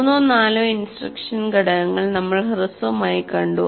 മൂന്നോ നാലോ ഇൻസ്ട്രക്ഷൻ ഘടകങ്ങൾ നമ്മൾ ഹ്രസ്വമായി കണ്ടു